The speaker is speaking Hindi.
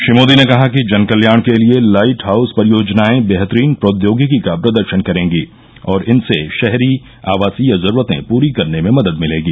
श्री मोदी ने कहा कि जनकल्याण के लिए लाइट हाउस परियोजनाएं बेहतरीन प्रौद्योगिकी का प्रदर्शन करेंगी और इनसे शहरी आवासीय जरूरतें पूरी करने में मदद मिलेगी